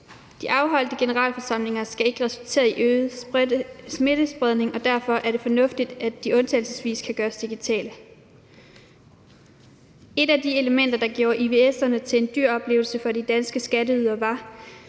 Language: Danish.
De afholdte generalforsamlinger skal ikke resultere i øget smittespredning, og derfor er det fornuftigt, at de undtagelsesvis kan gøres digitale. Et af de elementer, der gjorde ivs'erne til en dyr oplevelse for de danske skatteydere, var,